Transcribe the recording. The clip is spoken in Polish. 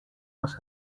masz